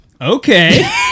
Okay